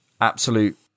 absolute